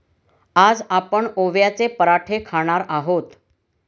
आज आपण ओव्याचे पराठे खाणार आहोत